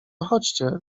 chodźcie